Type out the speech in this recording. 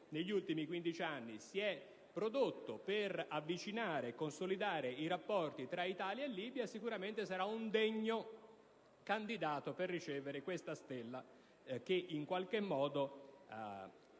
negli ultimi 15 anni - si è prodotto per avvicinare e consolidare i rapporti tra Italia e Libia sarà un degno candidato per ricevere questa Stella, che in qualche modo